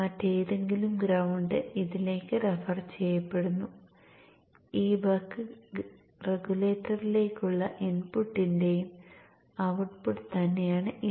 മറ്റേതെങ്കിലും ഗ്രൌണ്ട് ഇതിലേക്ക് റഫർ ചെയ്യപ്പെടുന്നു ഈ ബക്ക് റെഗുലേറ്ററിലേക്കുള്ള ഇൻപുട്ടിന്റെയും ഔട്ട്പുട്ട് തന്നെയാണ് ഇത്